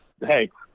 Thanks